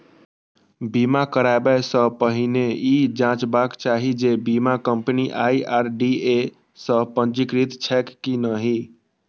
बीमा कराबै सं पहिने ई जांचबाक चाही जे बीमा कंपनी आई.आर.डी.ए सं पंजीकृत छैक की नहि